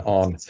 on